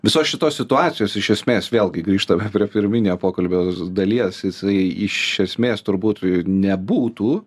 visos šitos situacijos iš esmės vėlgi grįžtame prie pirminio pokalbio dalies jisai iš esmės turbūt nebūtų